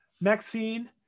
Maxine